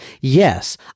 Yes